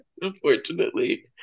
unfortunately